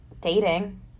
dating